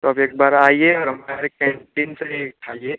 तो आप एक बार आइए और हमारे कैंटीन से खाइए